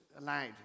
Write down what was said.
allowed